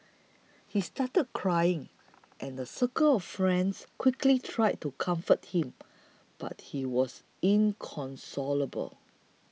he started crying and a circle of friends quickly tried to comfort him but he was inconsolable